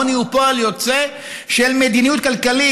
העוני הוא פועל יוצא של מדיניות כלכלית.